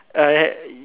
uh y~